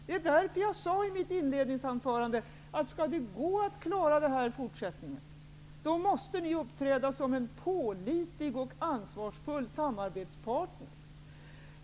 Det var därför som jag sade i mitt inledningsan förande, att om det skall gå att klara detta i fort sättningen måste ni uppträda som en pålitlig och ansvarsfull samarbetspartner.